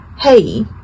hey